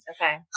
Okay